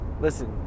listen